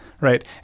right